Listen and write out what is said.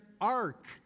ark